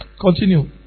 continue